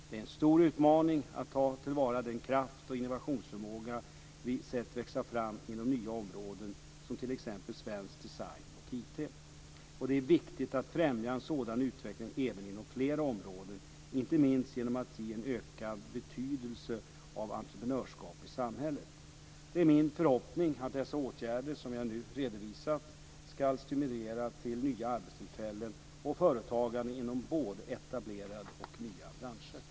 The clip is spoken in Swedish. Det är en stor utmaning att ta till vara den kraft och initiativförmåga vi sett växa fram inom nya områden som t.ex. svensk design och IT. Det är viktigt att främja en sådan utveckling även inom fler områden, inte minst genom att ge en ökad betydelse av entreprenörskap i samhället. Det är min förhoppning att dessa åtgärder, som jag nu redovisat, ska stimulera till nya arbetstillfällen och till företagande inom både etablerade och nya branscher.